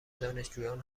دانشجویان